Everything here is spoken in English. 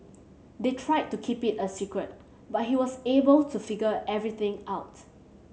they tried to keep it a secret but he was able to figure everything out